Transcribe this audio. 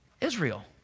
Israel